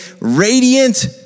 radiant